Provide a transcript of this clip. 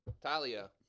Talia